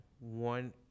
one